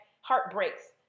heartbreaks